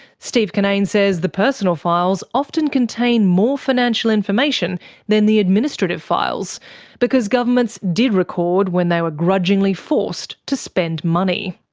steve kinnane says the personal files often contain more financial information than the administrative files because governments did record when they were grudgingly forced to spend money.